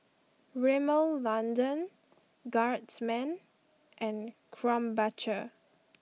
Rimmel London Guardsman and Krombacher